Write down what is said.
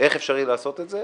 איך אפשר יהיה לעשות את זה.